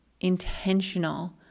intentional